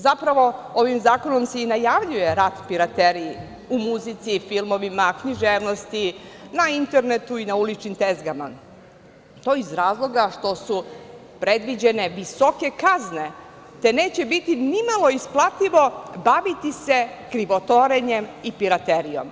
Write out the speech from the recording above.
Zapravo, ovim zakonom se i najavljuje rat pirateriji u muzici filmovima, književnosti, na internetu i na uličnim tezgama, a to iz razloga što su predviđene visoke kazne, te neće ni malo isplativo baviti se krivotorenjem i piraterijom.